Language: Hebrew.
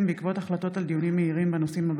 בעקבות דיון מהיר בהצעתו של חבר הכנסת אלכס קושניר בנושא: